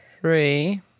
Three